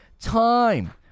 time